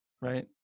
Right